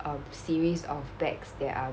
a series of bags that are